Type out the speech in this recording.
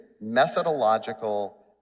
methodological